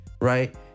right